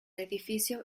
edificio